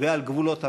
ועל גבולות המחאה.